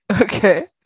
Okay